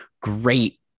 great